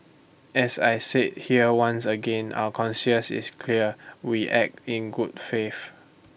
as I said here once again our concierge is clear we act in good faith